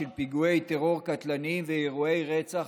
לפי נתוני המשטרה,